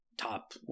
top